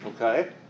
Okay